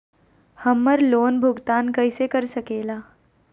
हम्मर लोन भुगतान कैसे कर सके ला?